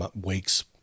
weeks